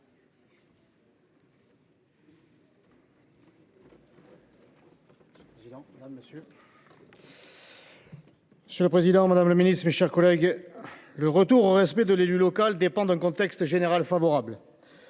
Monsieur le président, madame le ministre, mes chers collègues, le retour au respect de l’élu local dépend d’un contexte général favorable.